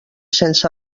sense